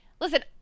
listen